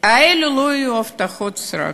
אלה לא יהיו הבטחות סרק,